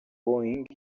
boeing